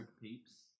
peeps